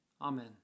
Amen